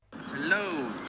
Hello